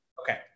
Okay